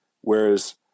whereas